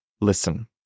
Listen